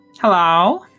hello